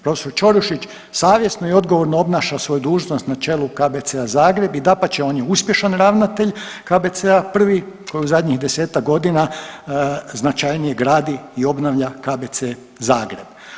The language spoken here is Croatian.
Prof. Ćorušić savjesno i odgovorno obnaša svoju dužnost na čelu KBC Zagreb i dapače on je uspješan ravnatelj KBC, prvi koji u zadnjih 10-tak godina značajnije gradi i obnavlja KBC Zagreb.